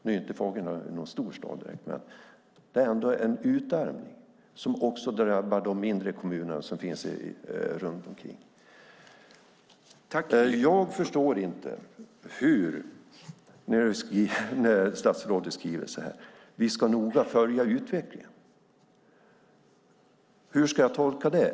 Nu är inte Fagersta någon stor stad direkt, men detta är ändå en utarmning som också drabbar de mindre kommuner som finns runt omkring. Statsrådet skriver: Vi ska noga följa utvecklingen. Hur ska jag tolka det?